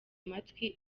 amatwi